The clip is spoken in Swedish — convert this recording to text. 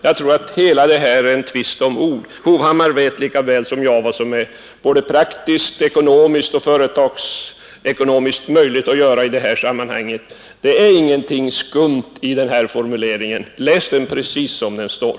Jag tror att hela diskussionen är en tvist om ord. Herr Hovhammar vet lika väl som jag vad som är praktiskt och ekonomiskt möjligt att göra i sammanhanget. Det är ingenting skumt i den här formuleringen. Läs den precis som den står!